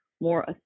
more